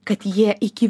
kad jie iki